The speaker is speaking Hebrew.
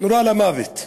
נורה למוות,